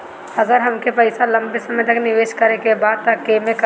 अगर हमके पईसा लंबे समय तक निवेश करेके बा त केमें करों?